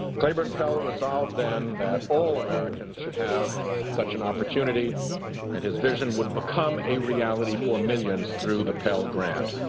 claiborne pell resolved then that all americans should have such an opportunity and his vision would become a reality for millions through the pell grant.